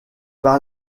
par